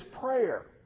prayer